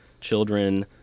children